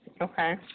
Okay